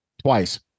twice